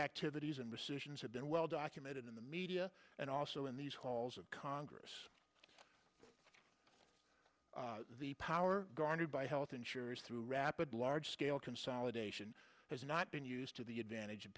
activities and decisions have been well documented in the media and also in these halls of congress the power garnered by health insurance through rapid large scale consolidation has not been used to the advantage of